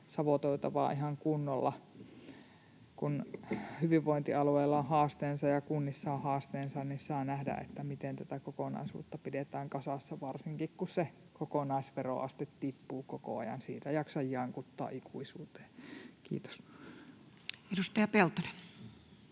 savotoitavaa ihan kunnolla. Kun hyvinvointialueilla on haasteensa ja kunnissa on haasteensa, niin saa nähdä, miten tätä kokonaisuutta pidetään kasassa, varsinkin kun kokonaisveroaste tippuu koko ajan. Siitä jaksan jankuttaa ikuisuuteen. — Kiitos. Edustaja Peltonen.